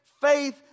Faith